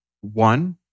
one